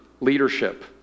leadership